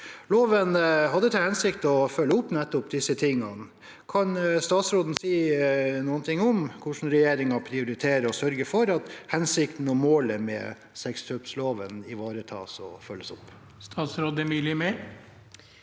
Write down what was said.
Loven hadde til hensikt å følge opp nettopp disse tingene. Kan statsråden si noe om hvordan regjeringen prioriterer å sørge for at hensikten og målet med sexkjøpsloven ivaretas og følges opp?» Statsråd Emilie Mehl